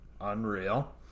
Unreal